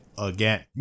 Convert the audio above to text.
Again